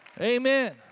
Amen